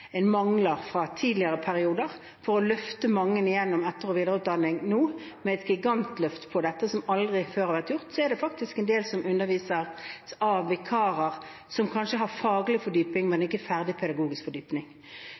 igjen mangler fra tidligere perioder. Vi løfter nå mange gjennom etter- og videreutdanning ved et gigantløft på dette som aldri før har vært gjort. Så er det faktisk en del vikarer som underviser, som kanskje har faglig fordypning, men som ikke er ferdig med sin pedagogiske fordypning.